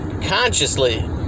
consciously